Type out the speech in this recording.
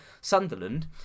Sunderland